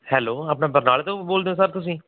hello ਆਪਣਾ ਬਰਨਾਲੇ ਤੋਂ ਬੋਲਦੇ ਸਰ ਤੁਸੀਂ